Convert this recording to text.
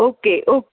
okay ઓ